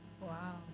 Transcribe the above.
wow